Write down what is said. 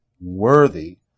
worthy